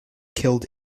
killed